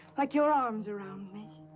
like your arms around me.